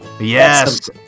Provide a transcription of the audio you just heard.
Yes